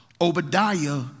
Obadiah